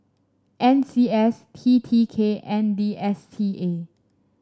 N C S T T K and D S T A